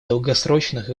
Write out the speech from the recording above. долгосрочных